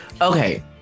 Okay